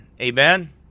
Amen